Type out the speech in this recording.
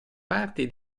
parti